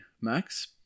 Max